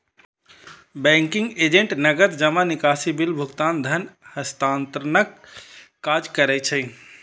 banking agent नकद जमा, निकासी, बिल भुगतान, धन हस्तांतरणक काज करै छै